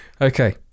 Okay